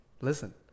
Listen